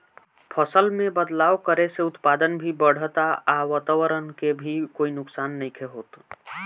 फसल में बदलाव करे से उत्पादन भी बढ़ता आ वातवरण के भी कोई नुकसान नइखे होत